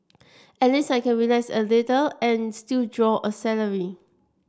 at least I can relax a little and still draw a salary